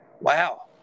Wow